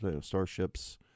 starships